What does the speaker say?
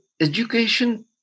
education